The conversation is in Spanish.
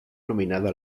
nominada